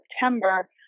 September